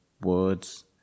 words